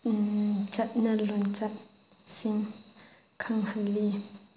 ꯆꯠꯅ ꯂꯣꯟꯆꯠꯁꯤꯡ ꯈꯪꯍꯜꯂꯤ